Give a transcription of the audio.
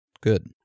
Good